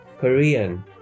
Korean